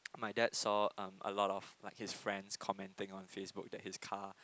my dad saw a lot of like his friends commenting on FaceBook that his car